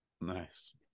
Nice